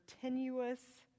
tenuous